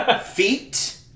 feet